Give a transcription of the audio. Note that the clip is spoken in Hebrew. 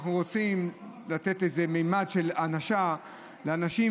רוצים לתת איזה ממד של הענשה לאנשים,